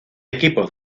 equipos